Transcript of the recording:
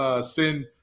send